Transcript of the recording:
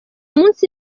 munsi